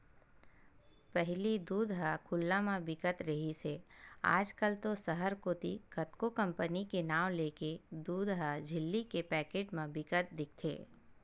पहिली दूद ह खुल्ला म बिकत रिहिस हे आज कल तो सहर कोती कतको कंपनी के नांव लेके दूद ह झिल्ली के पैकेट म बिकत दिखथे